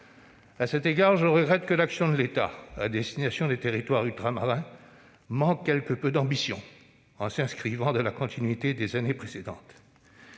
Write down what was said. À cet égard, je regrette que l'action de l'État à destination des territoires ultramarins manque quelque peu d'ambition en s'inscrivant dans la continuité des années précédentes.